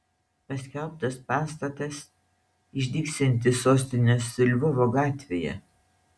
paskelbtas pastatas išdygsiantis sostinės lvovo gatvėje